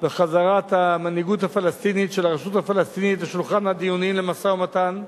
בחזרת המנהיגות הפלסטינית של הרשות הפלסטינית לשולחן הדיונים למשא-ומתן.